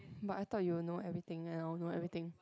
but I thought you will know everything and I will know everything